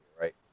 right